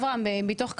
אברהם, מתוך כבוד,